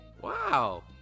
Wow